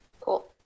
Cool